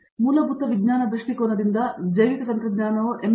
ಮತ್ತು ಮೂಲಭೂತ ವಿಜ್ಞಾನ ದೃಷ್ಟಿಕೋನದಿಂದ ಜೈವಿಕ ತಂತ್ರಜ್ಞಾನವು M